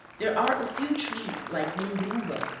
there are a few trees, like mongruba,